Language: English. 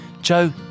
Joe